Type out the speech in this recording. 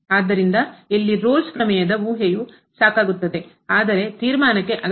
ಆದ್ದರಿಂದ ಇಲ್ಲಿ ರೋಲ್ಸ್ ಪ್ರಮೇಯದ ಊಹೆಯು ಸಾಕಾಗುತ್ತದೆ ಆದರೆ ತೀರ್ಮಾನಕ್ಕೆ ಅಗತ್ಯವಿಲ್ಲ